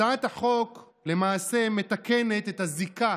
הצעת החוק למעשה מתקנת את הזיקה